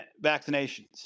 vaccinations